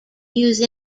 use